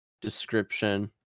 description